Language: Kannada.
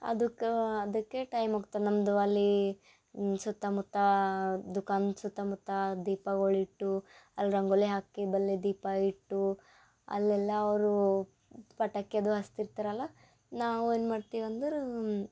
ಅದಕ್ಕೆ ಅದಕ್ಕೆ ಟೈಮ್ ಹೋಗ್ತದೆ ನಮ್ಮದು ಅಲ್ಲಿ ಸುತ್ತಮುತ್ತಾ ದುಖಾನ್ ಸುತ್ತಮುತ್ತಾ ದೀಪಗಳು ಇಟ್ಟು ಅಲ್ ರಂಗೋಲಿ ಹಾಕಿ ಬಲ್ಲೆ ದೀಪ ಇಟ್ಟು ಅಲ್ಲೆಲ್ಲ ಅವರು ಪಟಾಕಿ ಅದು ಅಸ್ತ್ ಇರ್ತರಲ್ಲ ನಾವು ಏನು ಮಾಡ್ತೀವಂದ್ರೆ